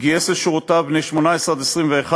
גייס לשירותיו בני 18 21,